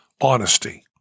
honesty